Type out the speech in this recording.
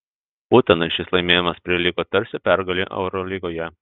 utenai šis laimėjimas prilygo tarsi pergalei eurolygoje